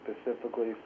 specifically